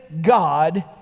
God